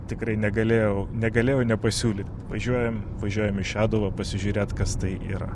tikrai negalėjau negalėjau nepasiūlyt važiuojam važiuojam į šeduvą pasižiūrėt kas tai yra